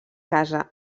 casa